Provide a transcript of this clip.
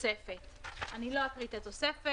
"תוספת אני לא אקרא את התוספת.